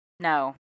No